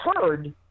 heard